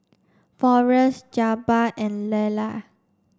Forrest Jabbar and Lyla